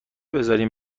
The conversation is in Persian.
بذارین